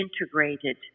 integrated